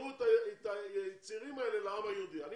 יקשרו את הצעירים האלה לעם היהודי ולמדינת ישראל.